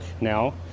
now